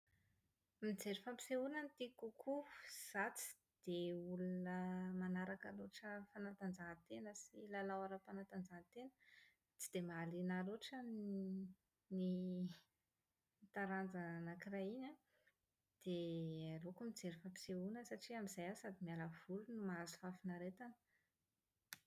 Mijery fampisehoana no tiako kokoa. Izaho tsy dia olona manaraka loatra fanatanjahantena sy lalao ara-panatanjahanteny. Tsy dia mahalian ahy loatra ny iny taranja anakiray iny an. Dia aleoko mijery fampisehoana satria amin'izay aho sady miala voly no mahazo fahafinaretana.